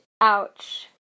ouch